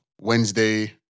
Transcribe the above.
Wednesday